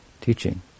teaching